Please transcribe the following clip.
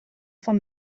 van